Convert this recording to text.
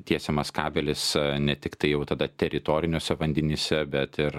tiesiamas kabelis ne tiktai jau tada teritoriniuose vandenyse bet ir